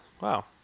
Wow